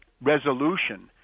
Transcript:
resolution